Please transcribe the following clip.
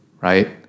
Right